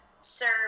serve